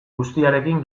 guztiarekin